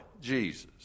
Jesus